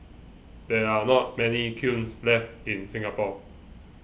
there are not many kilns left in Singapore